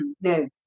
no